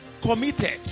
committed